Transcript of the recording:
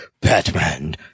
Batman